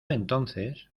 entonces